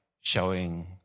showing